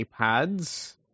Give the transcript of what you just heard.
iPads